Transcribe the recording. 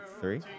three